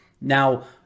Now